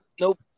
Nope